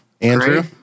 Andrew